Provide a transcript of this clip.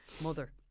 mother